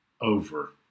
over